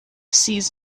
sees